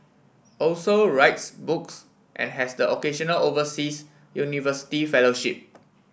also writes books and has the occasional overseas university fellowship